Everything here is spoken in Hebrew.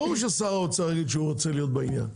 ברור ששר האוצר יגיד שהוא רוצה להיות בעניין.